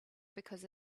because